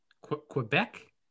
quebec